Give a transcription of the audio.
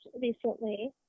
recently